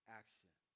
action